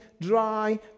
dry